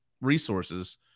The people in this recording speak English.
resources